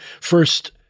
first